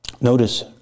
Notice